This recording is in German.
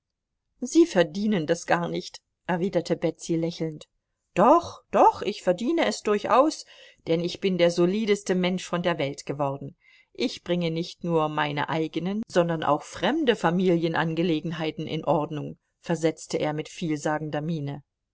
sie verdienen das gar nicht erwiderte betsy lächelnd doch doch ich verdiene es durchaus denn ich bin der solideste mensch von der welt geworden ich bringe nicht nur meine eigenen sondern auch fremde familienangelegenheiten in ordnung versetzte er mit vielsagender miene